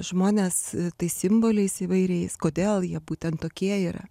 žmones tais simboliais įvairiais kodėl jie būtent tokie yra